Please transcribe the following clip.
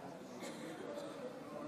כן,